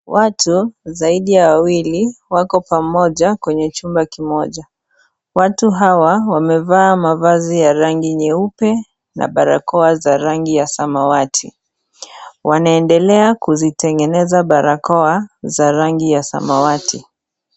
Watu zaidi ya wawili wako pamoja kwenye chumba kimoja kimoja. Watu hawa wamevaa mavazi ya rangi nyeupe na barakoa za rangi ya samawati. Wanaendelea kutengeneza barakoa za rangi ya samawati.